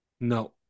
No